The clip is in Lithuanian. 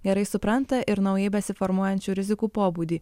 gerai supranta ir naujai besiformuojančių rizikų pobūdį